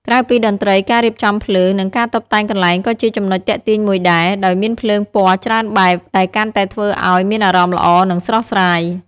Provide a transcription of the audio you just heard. ក្រៅពីតន្ត្រី ការរៀបចំភ្លើង និងការតុបតែងកន្លែងក៏ជាចំណុចទាក់ទាញមួយដែរ ដោយមានភ្លើងពណ៌ច្រើនបែប ដែលកាន់តែធ្វើអោយមានអារម្មណ៏ល្អ និងស្រស់ស្រាយ។